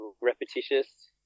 repetitious